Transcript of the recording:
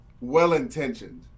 well-intentioned